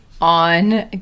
on